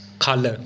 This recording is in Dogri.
ख'ल्ल